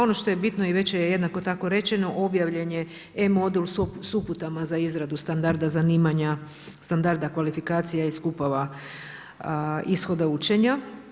Ono što je bitno i već je jednako tako rečeno, objavljen je E-modul s uputama za izradu standarda zanimanja, standarda kvalifikacija i skupova ishoda učenja.